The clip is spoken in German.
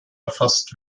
erfasst